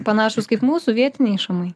panašūs kaip mūsų vietiniai šamai